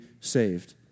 saved